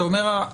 אתה אומר,